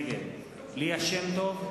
נגד ליה שמטוב,